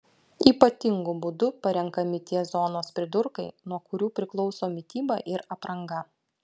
ypatingu būdu parenkami tie zonos pridurkai nuo kurių priklauso mityba ir apranga